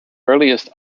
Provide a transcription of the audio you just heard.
earliest